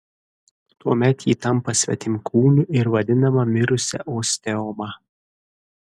tuomet ji tampa svetimkūniu ir vadinama mirusia osteoma